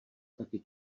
taky